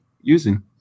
using